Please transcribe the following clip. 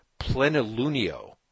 Plenilunio